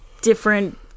different